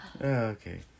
Okay